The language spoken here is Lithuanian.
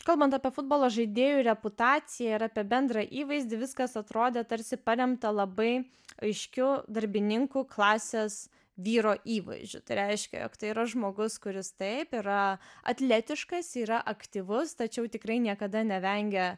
kalbant apie futbolo žaidėjų reputaciją ir apie bendrą įvaizdį viskas atrodė tarsi paremta labai aiškiu darbininkų klasės vyro įvaizdžiu tai reiškia jog tai yra žmogus kuris taip yra atletiškas yra aktyvus tačiau tikrai niekada nevengia